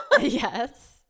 Yes